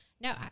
No